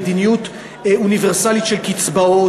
מדיניות אוניברסלית של קצבאות.